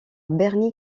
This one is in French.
bernie